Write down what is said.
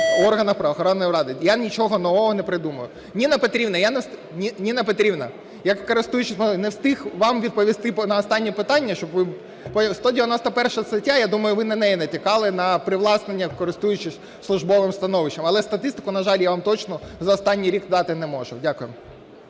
органах правоохоронної ради. Я нічого нового не придумав. Ніна Петрівна! Ніна Петрівна, я, користуючись нагодою, не встиг вам відповісти на останнє питання. 191 стаття. Я думаю, ви на неї натякали на привласнення, користуючись службовим становищем. Але статистику, на жаль, я вам точну за останній рік дати не можу. Дякую.